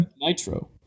Nitro